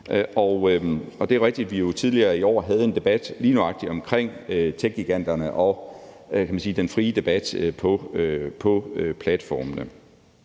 og det er jo rigtigt, at vi tidligere i år havde en debat lige nøjagtig omkring techgiganterne og den frie debat, kan man